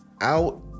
out